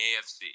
AFC